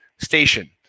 station